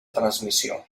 transmissió